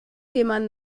jemanden